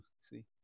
See